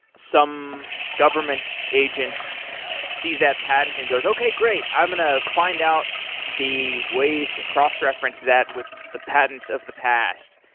some government agent sees that patent and goes, okay, great. i'm going ah find out the ways to cross reference that with the patents of the past,